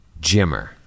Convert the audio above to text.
Jimmer